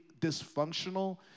dysfunctional